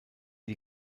die